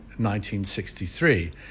1963